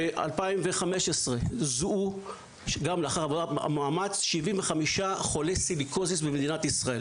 ב-2015 זוהו 75 חולי סיליקוזיס במדינת ישראל,